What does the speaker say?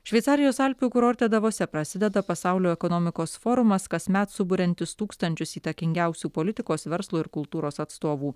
šveicarijos alpių kurorte davose prasideda pasaulio ekonomikos forumas kasmet suburiantis tūkstančius įtakingiausių politikos verslo ir kultūros atstovų